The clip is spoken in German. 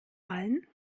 allen